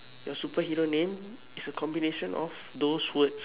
your superhero name is a combination of those words